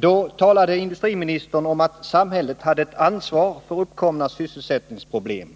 Då talade industriministern om att samhället hade ett ansvar för uppkomna sysselsättningsproblem,